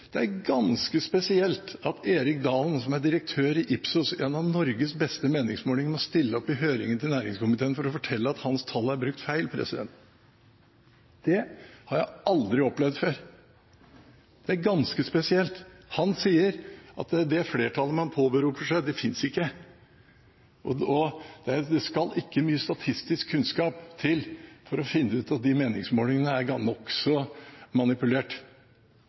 Det er ganske spesielt at Erik Dalen, som er direktør i Ipsos, et av Norges beste meningsmålingsinstitutt, må stille opp i høringen til næringskomiteen for å fortelle at tallene hans er brukt feil. Det har jeg aldri opplevd før. Det er ganske spesielt. Han sier at det flertallet man påberoper seg, ikke finnes, og det skal ikke mye statistisk kunnskap til for å finne ut at de meningsmålingene er nokså manipulert.